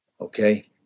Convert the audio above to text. Okay